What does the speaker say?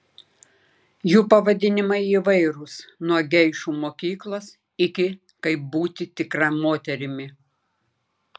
jų pavadinimai įvairūs nuo geišų mokyklos iki kaip būti tikra moterimi